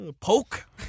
Poke